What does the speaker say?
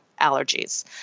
allergies